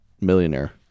Millionaire